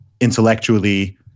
intellectually